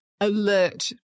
alert